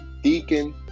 Deacon